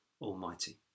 almighty